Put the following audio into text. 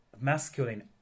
masculine